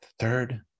third